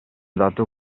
dato